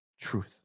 truth